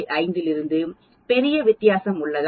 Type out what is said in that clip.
5 இலிருந்து பெரிய வித்தியாசம் உள்ளதா